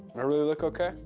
i really look okay?